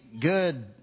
good